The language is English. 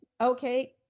Okay